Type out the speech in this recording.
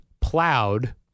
plowed